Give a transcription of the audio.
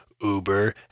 Uber